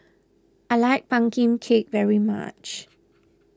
I like Pumpkin Cake very much